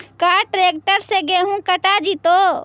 का ट्रैक्टर से गेहूं कटा जितै?